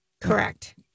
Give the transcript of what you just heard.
correct